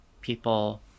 people